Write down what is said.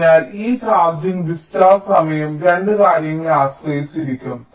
അതിനാൽ ഈ charging discharge സമയം 2 കാര്യങ്ങളെ ആശ്രയിച്ചിരിക്കും